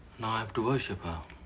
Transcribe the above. now i have to worship her.